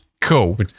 Cool